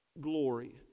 glory